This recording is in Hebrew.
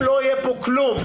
שזה 2,000 שקל,